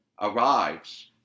arrives –